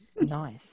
Nice